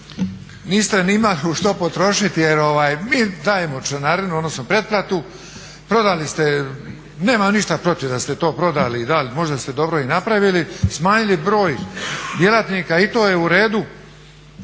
niste ni imali u što potrošiti jer mi dajemo članarinu, odnosno pretplatu, prodali ste, nemam ništa protiv da ste to prodali i dali, možda ste dobro i napravili, smanjili broj djelatnika i to je u redu,